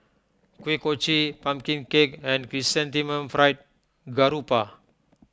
Kuih Kochi Pumpkin Cake and Chrysanthemum Fried Garoupa